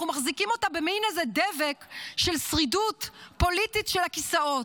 אנחנו מחזיקים אותה באיזה מין דבק של שרידות פוליטית של הכיסאות.